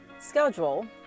schedule